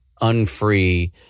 unfree